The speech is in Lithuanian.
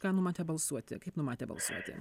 ką numatę balsuoti kaip numatę balsuoti